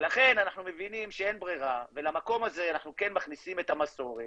לכן אנחנו מבינים שאין ברירה ולמקום הזה אנחנו כן מכניסים את המסורת,